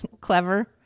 clever